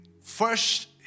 first